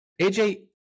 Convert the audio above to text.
AJ